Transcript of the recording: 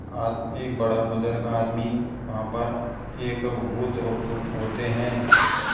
आद एक बड़ा बुज़र्ग आदमी वहाँ पर एक भूत जो होतें हैं एक